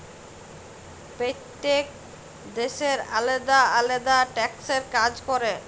প্যইত্তেক দ্যাশের আলেদা আলেদা ট্যাক্সের কাজ ক্যরে